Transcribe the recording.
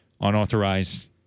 unauthorized